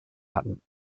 hatten